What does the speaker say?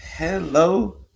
Hello